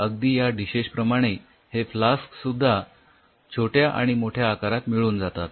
अगदी या डिशेश प्रमाणे हे फ्लास्क सुद्धा छोट्या आणि मोठ्या आकारात मिळून जातात